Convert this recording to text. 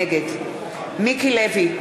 נגד מיקי לוי,